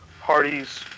parties